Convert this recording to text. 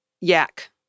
Yak